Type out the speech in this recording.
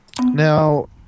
now